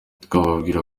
twababwira